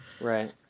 Right